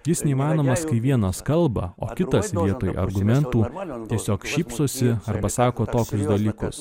jis neįmanomas kai vienas kalba o kitas jį argumentų tiesiog šypsosi arba sako tokius dalykus